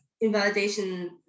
invalidation